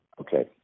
Okay